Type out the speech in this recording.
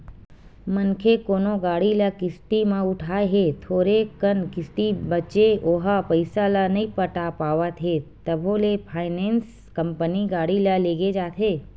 मनखे कोनो गाड़ी ल किस्ती म उठाय हे थोरे कन किस्ती बचें ओहा पइसा ल नइ पटा पावत हे तभो ले फायनेंस कंपनी गाड़ी ल लेग जाथे